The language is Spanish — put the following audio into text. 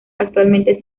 actualmente